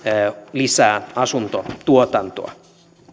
lisää asuntotuotantoa